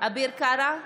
אביר קארה,